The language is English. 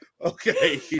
Okay